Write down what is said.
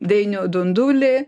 dainių dundulį